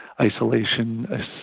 isolation